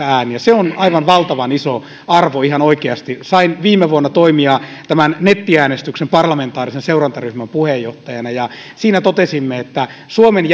ääniä se on aivan valtavan iso arvo ihan oikeasti sain viime vuonna toimia tämän nettiäänestyksen parlamentaarisen seurantaryhmän puheenjohtajana ja siinä totesimme että suomen